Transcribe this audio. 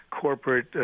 corporate